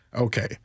Okay